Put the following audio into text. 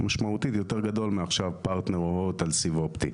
משמעותי ביותר ויותר גדול מאשר פרטנר או הוט על סיב אופטי.